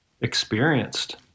experienced